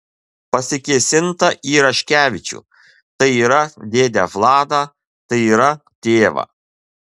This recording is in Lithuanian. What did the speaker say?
pasikėsinta į raškevičių tai yra dėdę vladą tai yra tėvą